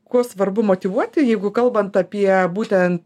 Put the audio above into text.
kuo svarbu motyvuoti jeigu kalbant apie būtent